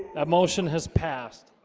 that motion has passed